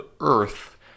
Earth